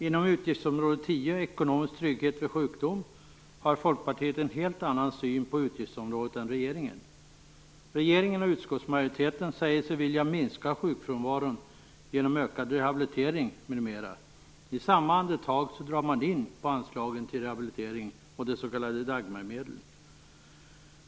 Folkpartiet har en helt annan syn på utgiftsområde 10, ekonomisk trygghet vid sjukdom, än regeringen. Regeringen och utskottsmajoriteten säger sig vilja minska sjukfrånvaron genom ökad rehabilitering m.m. I samma andetag drar man in på anslagen till rehabilitering och de s.k. Dagmarmedlen.